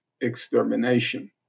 extermination